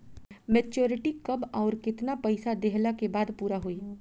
Maturity कब आउर केतना पईसा देहला के बाद पूरा होई?